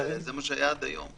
זה מה שהיה עד היום.